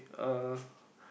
uh